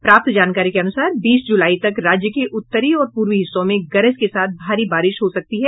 प्राप्त जानकारी के अनुसार बीस जुलाई तक राज्य के उत्तरी और पूर्वी हिस्सों में गरज के साथ भारी बारिश हो सकती है